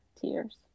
Tears